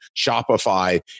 Shopify